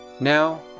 Now